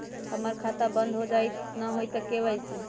हमर खाता बंद होजाई न हुई त के.वाई.सी?